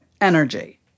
energy